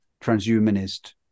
transhumanist